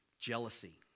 Jealousy